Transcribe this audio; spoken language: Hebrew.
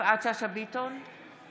יפעת שאשא ביטון, נגד